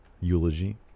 eulogy